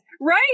Right